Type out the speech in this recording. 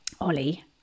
Ollie